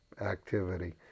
activity